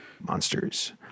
monsters